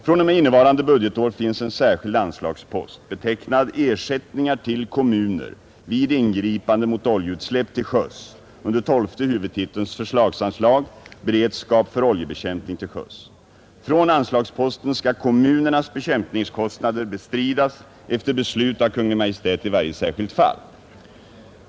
fr.o.m. innevarande budgetår finns en särskild anslagspost, betecknad Ersättningar till kommuner vid ingripande mot oljeutsläpp till sjöss, under tolfte huvudtitelns förslagsanslag Beredskap för oljebekämpning till sjöss. Från anslagsposten skall kommunernas bekämpningskostnader bestridas efter beslut av Kungl. Maj:t i varje särskilt fall.